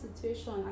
situation